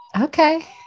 Okay